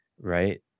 right